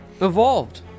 evolved